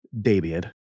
David